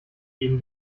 eben